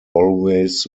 always